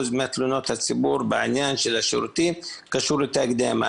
מתלונות הציבור בעניין של השירותים קשור לתאגיד המים.